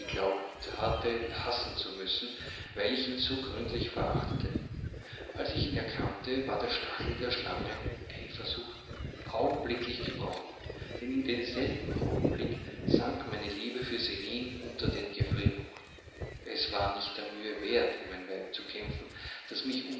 hassen zu müssen weil ich ihn so gründlich verachtete als ich ihn erkannte war der stachel der schlange eifersucht augenblicklich gebrochen denn in demselben augenblick sank meine liebe für celine unter den gefrierpunkt es war nicht der mühe wert um ein weib zu kämpfen das mich